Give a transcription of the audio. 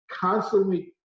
constantly